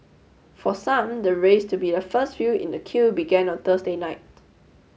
for some the race to be the first few in the queue began on Thursday night